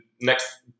next